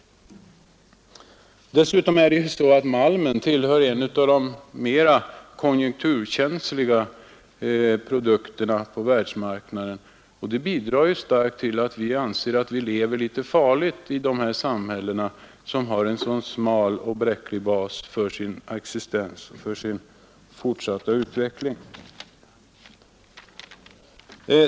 Dessutom tillhör malmen de mera konjunkturkänsliga produkterna på världsmarknaden, och det bidrar ju starkt till att vi anser oss leva litet farligt i de här samhällena, som har en så smal och bräcklig bas för sin existens och fortsatta utveckling.